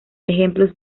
ejemplos